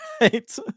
right